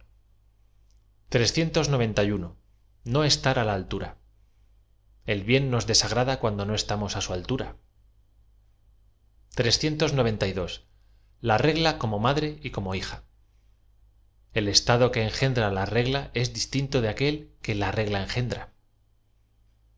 no es ta á la altura e l biea nos desagrada cuando no eütamos i sq altura a regla como madre y como hija ei estado qne engendra la regla es distinto de aquel que la regla engendra